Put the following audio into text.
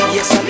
Yes